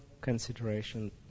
consideration